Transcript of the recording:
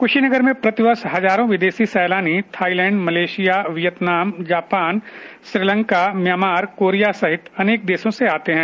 कुशीनगर में प्रतिवर्ष हजारों विदेशी सैलानी थाईलैंड मलेशिया वियतनाम जापानश्रीलंकाम्यामार कोरिया सहित अनेक देशों से आते है